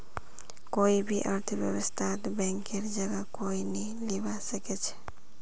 कोई भी अर्थव्यवस्थात बैंकेर जगह कोई नी लीबा सके छेक